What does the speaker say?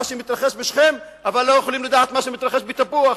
שמתרחש בשכם אבל לא יכולים לדעת מה שמתרחש בתפוח.